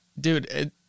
Dude